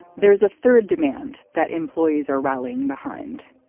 there is a third demand that employees are rallying behind.